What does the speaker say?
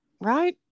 Right